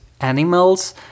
animals